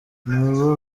nibo